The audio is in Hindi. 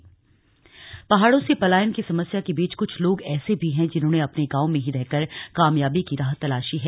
फुलों की खेती पहाड़ों से पलायन की समस्या के बीच कुछ लोग ऐसे भी हैं जिन्होंने अपने गांव में ही रहकर कामयाबी की राह तलाशी है